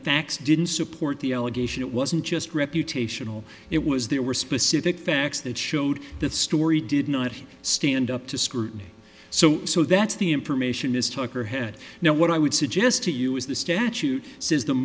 facts didn't support the allegation it wasn't just reputational it was there were specific facts that showed that story did not stand up to scrutiny so so that's the information is tucker head now what i would suggest to you is the statute says